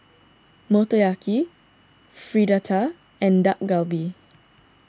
Motoyaki Fritada and Dak Galbi